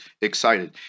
excited